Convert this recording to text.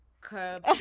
curb